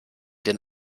den